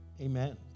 Amen